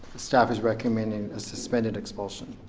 staff is recommending a suspended expulsion.